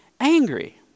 angry